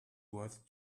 worth